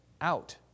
out